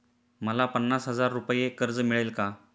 मला पन्नास हजार रुपये कर्ज मिळेल का?